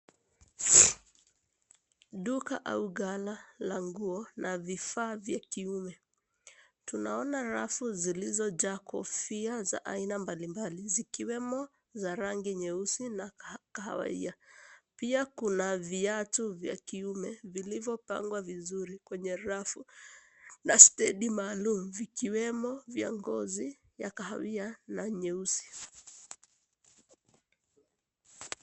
Duka au gala la nguo, na vifaa vya kiume. Tunaona rafu zilizojaa kofia za aina mbalimbali zikiwemo za rangi nyeusi na kahawia. Pia kuna viatu vya kiume, vilivyopangwa vizuri kwenye rafu na stand maalum vikiwemo vya ngozi, vya kahawia na nyeusi.